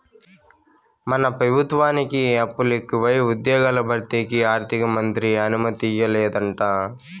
మన పెబుత్వానికి అప్పులెకువై ఉజ్జ్యోగాల భర్తీకి ఆర్థికమంత్రి అనుమతియ్యలేదంట